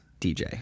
DJ